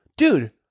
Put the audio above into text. Dude